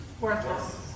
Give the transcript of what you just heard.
Worthless